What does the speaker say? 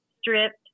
stripped